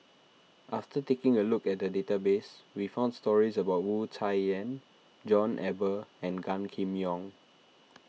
after taking a look at the database we found stories about Wu Tsai Yen John Eber and Gan Kim Yong